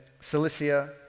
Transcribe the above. Cilicia